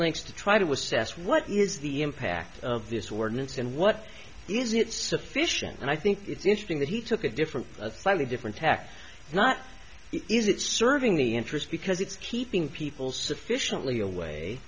lengths to try to assess what is the impact of this ordinance and what isn't sufficient and i think it's interesting that he took a different slightly different tack not is it serving the interest because it's keeping people sufficiently away